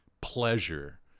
pleasure